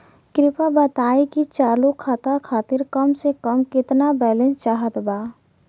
कृपया बताई कि चालू खाता खातिर कम से कम केतना बैलैंस चाहत बा